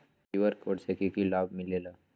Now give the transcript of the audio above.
QR code से कि कि लाव मिलेला?